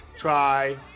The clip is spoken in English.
try